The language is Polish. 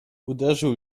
uderzył